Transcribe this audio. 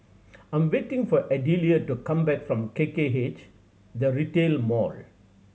I 'm waiting for Adelia to come back from K K H The Retail Mall